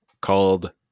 called